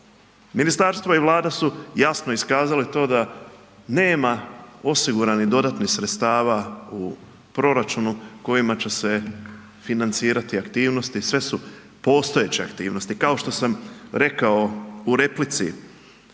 Ministarstvo i Vlada su jasno iskazali to da nema osiguranih dodatnih sredstava u proračunu kojima će se financirati aktivnosti, sve su postojeće aktivnosti. Kao što sam rekao u replici